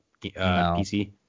PC